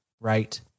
right